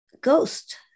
ghost